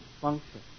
function